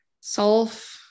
solve